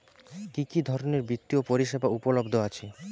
কি কি ধরনের বৃত্তিয় পরিসেবা উপলব্ধ আছে?